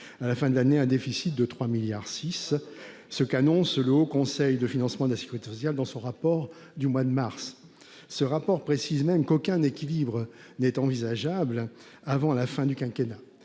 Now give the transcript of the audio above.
à la fin de l'année, un déficit de 3,6 milliards d'euros. C'est ce qu'annonce le Haut Conseil du financement de la protection sociale, dans son rapport du mois de mars. Il y précise même qu'aucun équilibre n'est envisageable avant la fin du quinquennat.